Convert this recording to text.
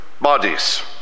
bodies